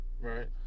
Right